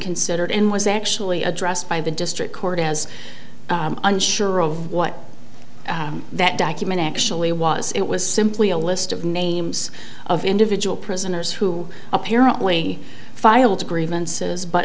considered in was actually addressed by the district court as unsure of what that document actually was it was simply a list of names of individual prisoners who apparently filed grievances but